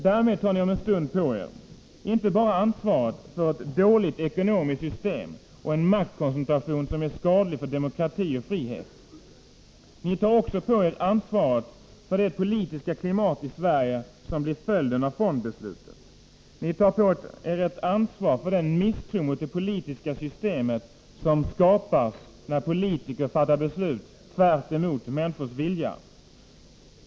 Därmed tar ni om en stund på er inte bara ansvaret för ett dåligt ekonomiskt system och en maktkoncentration som är skadlig för demokrati och frihet, ni tar också på er ansvaret för det politiska klimat i Sverige som blir följden av fondbeslutet. Ni tar på er ett ansvar för den misstro mot det politiska systemet som skapas när politiker fattar beslut tvärtemot människors vilja.